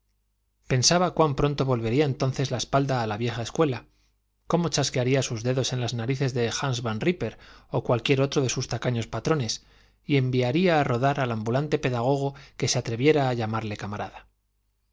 pensaba cuán pronto volvería entonces la espalda a la vieja escuela cómo chasquearía sus dedos en las narices de hans van rípper o cualquier otro de sus tacaños patrones y enviaría a rodar al ambulante pedagogo que se atreviera a llamarle camarada